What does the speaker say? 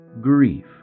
grief